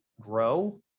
grow